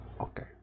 okay